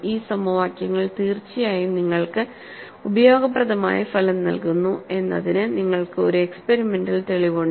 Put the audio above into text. ഈ സമവാക്യങ്ങൾ തീർച്ചയായും നിങ്ങൾക്ക് ഉപയോഗപ്രദമായ ഫലം നൽകുന്നു എന്നതിന് നിങ്ങൾക്ക് ഒരു എക്സ്പെരിമെന്റൽ തെളിവുണ്ട്